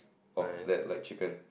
of that like chicken